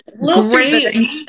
great